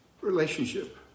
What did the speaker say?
relationship